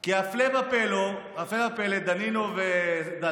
כי הפלא ופלא, דנינו ודלל,